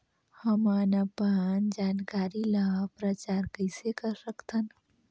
हमन अपन जानकारी ल प्रचार कइसे कर सकथन?